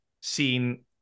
seen